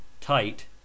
tight